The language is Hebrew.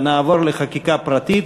אלא נעבור לחקיקה פרטית,